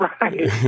Right